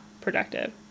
productive